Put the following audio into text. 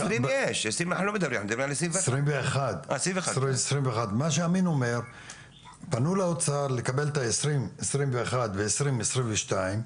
מה שאמין אומר הוא שהם פנו לאוצר לקבל את ה-2021 ואת ה-2022,